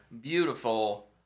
beautiful